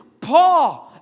Paul